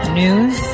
news